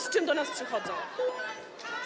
z czym do nas przychodzą.